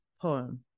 poem